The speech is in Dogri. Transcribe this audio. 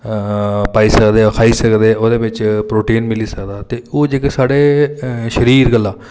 पाई सकदे जां खाई सकदे ओह्दे बिच प्रोटीन मिली सकदा ते ओह् जेह्के साढ़े शरीर गल्ला